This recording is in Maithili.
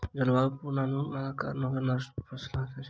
जलवायु पूर्वानुमानक कारणेँ फसिल नष्ट नै भेल